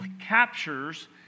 captures